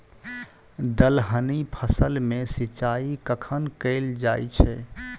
दलहनी फसल मे सिंचाई कखन कैल जाय छै?